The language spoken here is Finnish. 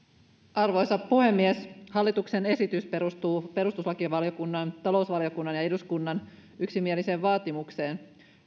arvoisa puhemies hallituksen esitys perustuu perustuslakivaliokunnan talousvaliokunnan ja eduskunnan yksimieliseen vaatimukseen